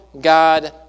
God